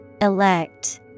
Elect